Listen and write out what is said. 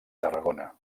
tarragona